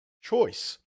choice